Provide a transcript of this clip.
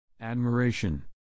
Admiration